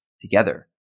together